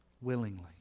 willingly